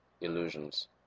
illusions